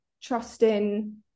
trusting